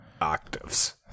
octaves